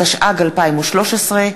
התשע"ג 2013,